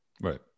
right